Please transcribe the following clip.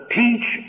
teach